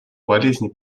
болезней